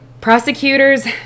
Prosecutors